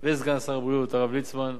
וסגן שר הבריאות יעקב ליצמן.